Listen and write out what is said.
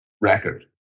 record